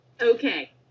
Okay